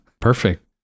Perfect